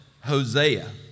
Hosea